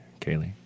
Kaylee